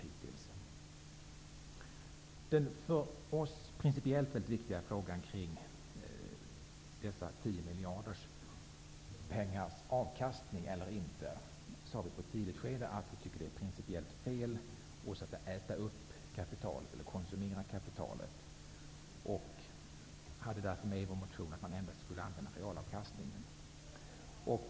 I den för oss principiellt väldigt viktiga frågan om avkastning eller inte avseende de 10 miljarderna sade vi i ett tidigt skede att vi tycker att det är principiellt fel att konsumera kapitalet. Därför säger vi i vår motion att endast realavkastningen skall användas.